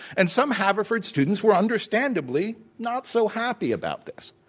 and some haverford students were understandably not so happy about this.